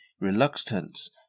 reluctance